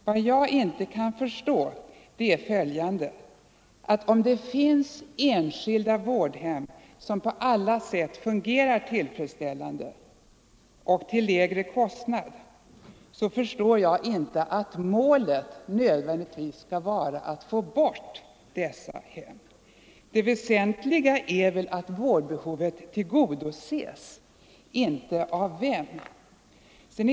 Vad jag inte kan förstå är att målet nödvändigtvis skall vara att avskaffa de enskilda vårdhemmen, trots att det finns enskilda vårdhem som på alla sätt fungerar tillfredsställande och dessutom till lägre kostnad. Det väsentliga är väl att vårdbehovet tillgodoses, inte av vem det tillgodoses.